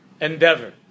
Endeavor